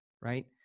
right